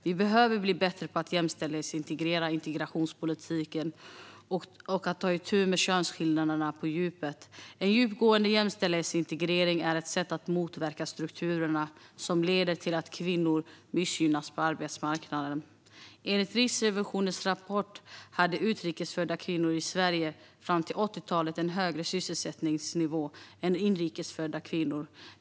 Vi behöver bli bättre på att jämställdhetsintegrera integrationspolitiken och att ta itu med könsskillnaderna på djupet. En djupgående jämställdhetsintegrering är ett sätt att motverka strukturer som leder till att kvinnor missgynnas på arbetsmarknaden. Enligt Riksrevisionens rapport hade utrikes födda kvinnor i Sverige fram till 80-talet en högre sysselsättningsnivå än inrikes födda kvinnor.